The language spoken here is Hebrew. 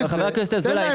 חבר הכנסת אזולאי,